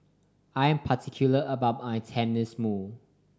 I'm particular about my Tenmusu